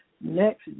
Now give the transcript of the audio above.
next